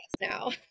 now